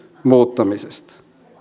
muuttamisesta